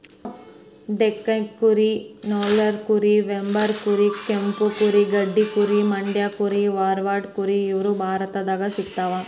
ಡೆಕ್ಕನಿ ಕುರಿ ನೆಲ್ಲೂರು ಕುರಿ ವೆಂಬೂರ್ ಕುರಿ ಕೆಂಪು ಕುರಿ ಗಡ್ಡಿ ಕುರಿ ಮಂಡ್ಯ ಕುರಿ ಮಾರ್ವಾಡಿ ಕುರಿ ಇವು ಭಾರತದಾಗ ಸಿಗ್ತಾವ